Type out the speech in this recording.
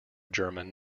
german